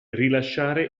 rilasciare